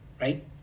right